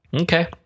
Okay